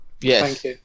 yes